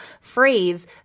phrase